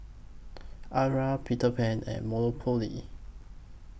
Arai Peter Pan and Monopoly